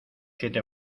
siete